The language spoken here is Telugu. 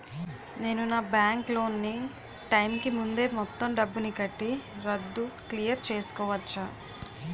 నేను నా బ్యాంక్ లోన్ నీ టైం కీ ముందే మొత్తం డబ్బుని కట్టి రద్దు క్లియర్ చేసుకోవచ్చా?